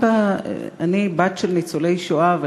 אני בת של ניצולי השואה,